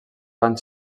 van